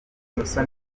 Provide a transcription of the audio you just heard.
musoni